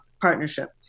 partnership